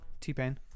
T-Pain